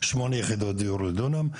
שמונה יחידות דיור לדונם,